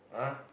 !huh!